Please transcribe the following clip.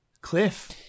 Cliff